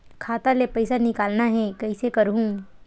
खाता ले पईसा निकालना हे, कइसे करहूं?